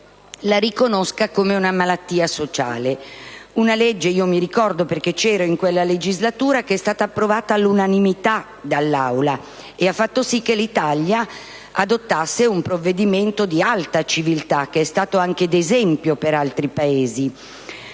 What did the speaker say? la riconosca come una «malattia sociale». Tale legge - lo ricordo perché ero presente in quella legislatura - fu approvata all'unanimità dall'Aula e ha fatto sì che l'Italia adottasse un provvedimento di alta civiltà, che è stato anche di esempio per altri Paesi.